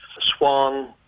swan